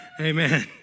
amen